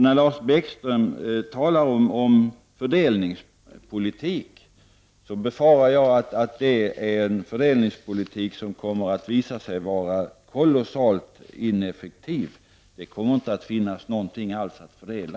När Lars Bäckström talar om fördelningspolitik, befarar jag att det är en politik som kommer att visa sig vara kolossalt ineffektiv. Det kommer inte att finnas någonting alls att fördela!